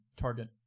target